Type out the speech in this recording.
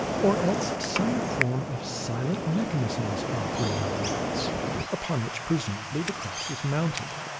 or else some form of silent mechanism was operating the wheels upon which, presumably, the craft was mounted.